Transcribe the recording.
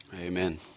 Amen